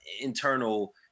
internal